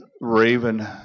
Raven